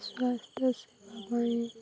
ସ୍ୱାସ୍ଥ୍ୟ ସେବା ପାଇଁ ପାଇଁ